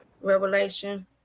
Revelation